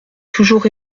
toujours